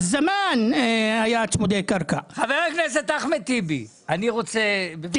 מר יהב, לא הייתי מודע לעניין הזה, זה